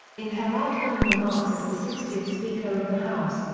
in her outgoing remarks as the sixtieth speaker of the house,